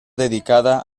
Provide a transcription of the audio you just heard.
dedicada